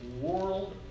world